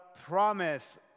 promise